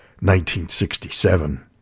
1967